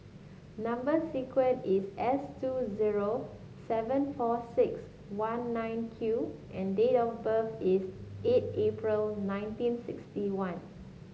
number sequence is S two zero seven four six one nine Q and date of birth is eight April nineteen sixty one